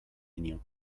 aignan